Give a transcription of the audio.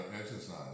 exercise